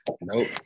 nope